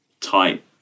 type